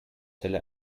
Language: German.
zelle